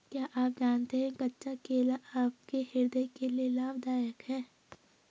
क्या आप जानते है कच्चा केला आपके हृदय के लिए लाभदायक है?